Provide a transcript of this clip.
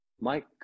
Mike